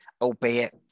albeit